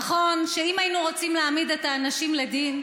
נכון שאם היינו רוצים להעמיד את האנשים לדין,